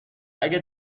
اگه